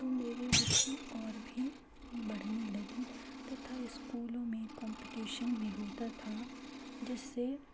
तो मेरी रुचि और भी बढ़ने लगी तथा स्कूलों में कंपटीशन में होता था जिससे